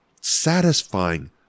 satisfying